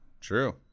true